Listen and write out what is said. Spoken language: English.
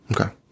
Okay